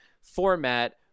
format